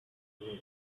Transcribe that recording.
bavaria